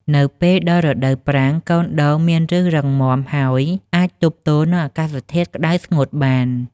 នៅពេលដល់រដូវប្រាំង កូនដូងមានឫសរឹងមាំហើយអាចទប់ទល់នឹងអាកាសធាតុក្ដៅស្ងួតបាន។